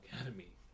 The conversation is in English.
Academy